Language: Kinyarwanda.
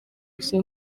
gusa